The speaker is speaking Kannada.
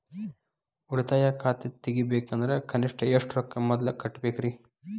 ಉಳಿತಾಯ ಖಾತೆ ತೆಗಿಬೇಕಂದ್ರ ಕನಿಷ್ಟ ಎಷ್ಟು ರೊಕ್ಕ ಮೊದಲ ಕಟ್ಟಬೇಕ್ರಿ?